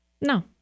No